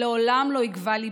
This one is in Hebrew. שלעולם לא יגבה ליבך.